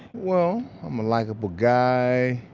well i'm a likeable guy,